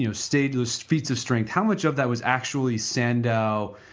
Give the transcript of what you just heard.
you know stage those feats of strength, how much of that was actually sandow,